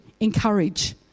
encourage